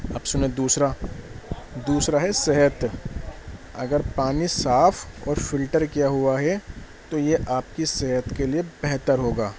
اب سنیں دوسرا دوسرا ہے صحت اگر پانی صاف اور فلٹر کیا ہوا ہے تو یہ آپ کی صحت کے لیے بہتر ہوگا